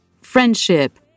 friendship